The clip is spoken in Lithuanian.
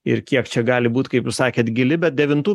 ir kiek čia gali būt kaip sakėt gili bet devintų